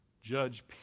judge